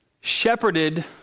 shepherded